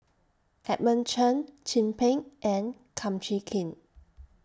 Edmund Cheng Chin Peng and Kum Chee Kin